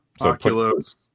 Oculus